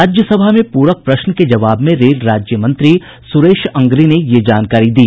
राज्यसभा में प्रक प्रश्न के जवाब में रेल राज्यमंत्री सुरेश अंगड़ी ने ये जानकारी दी